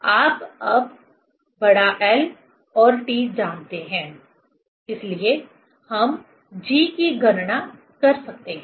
आप अब बड़ा L और T जानते हैं इसलिए हम g की गणना कर सकते हैं